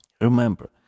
Remember